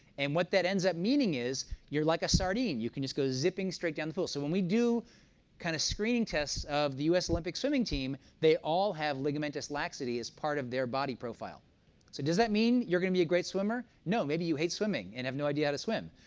and what that ends up meaning is you're like a sardine. you can just go zipping straight down the pool. so when we do kind of screening tests of the us olympic swimming team, they all have like um and laxity as part of their body profile. so does that mean you're going to be a great swimmer? no, maybe you hate swimming and have no idea how to swim.